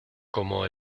como